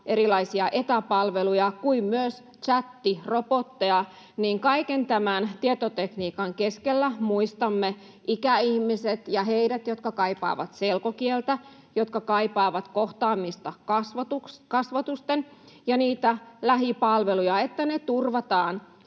erilaisia etäpalveluja ja myös tsättirobotteja, niin kaiken tämän tietotekniikan keskellä muistamme ikäihmiset ja heidät, jotka kaipaavat selkokieltä, jotka kaipaavat kohtaamista kasvotusten ja niitä lähipalveluja, niin että ne turvataan